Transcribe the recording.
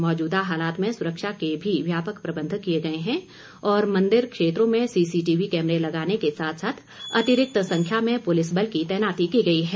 मौजूदा हालात में सुरक्षा के भी व्यापक प्रबंध किए गए हैं और मंदिर क्षेत्रों में सीसीटीवी कैमरे लगाने के साथ साथ अतिरिक्त संख्या में पूलिस बल की तैनाती की गई है